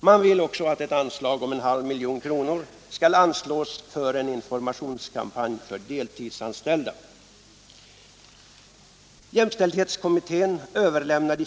Man vill också att ett anslag på en halv miljon kronor skall anslås för en informationskampanj för deltidsanställda.